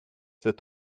that